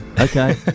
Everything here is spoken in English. Okay